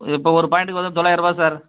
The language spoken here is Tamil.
இப்போ ஒரு பாயிண்டுக்கு வந்து தொள்ளாயிரம் ரூபா சார்